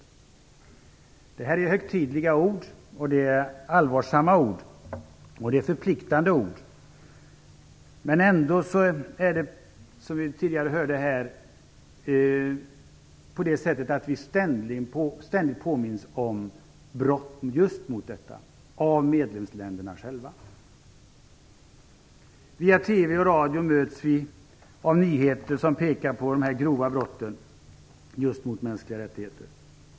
Det är högtidliga ord, det är allvarsamma ord och det är förpliktande ord. Men ändå - som vi tidigare hörde här - påminns vi ständigt om brott mot just detta av medlemsländerna själva. Via TV och radio möts vi av nyheter som pekar på grova brott mot mänskliga rättigheter.